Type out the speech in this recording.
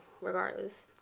regardless